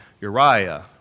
Uriah